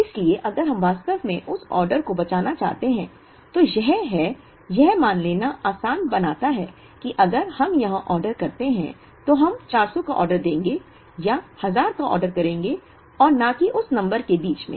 इसलिए अगर हम वास्तव में उस ऑर्डर को बचाना चाहते हैं तो यह है यह मान लेना आसान बनाता है कि अगर हम यहां ऑर्डर करते हैं तो हम 400 का ऑर्डर देंगे या 1000 का ऑर्डर करेंगे और न कि उस नंबर के बीच में